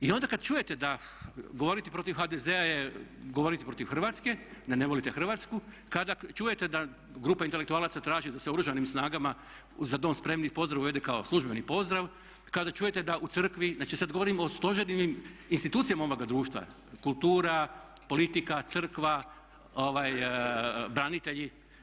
I onda kad čujete da govoriti protiv HDZ-a je govoriti protiv Hrvatske, da ne volite Hrvatsku, kada čujete da grupa intelektualaca traži da se Oružanim snagama za dom spremni pozdrav uvede kao službeni pozdrav, kada čujete da u crkvi, znači sad govorimo o stožernim institucijama ovoga društva, kultura, politika, crkva, branitelji.